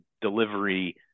delivery